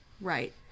Right